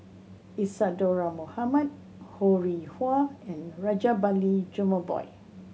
Isadhora Mohamed Ho Rih Hwa and Rajabali Jumabhoy